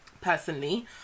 personally